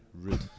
Rude